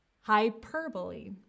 Hyperbole